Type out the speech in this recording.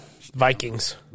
Vikings